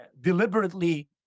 deliberately